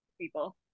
people